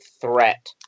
threat